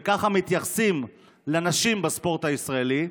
וככה מתייחסים לנשים בספורט הישראלי.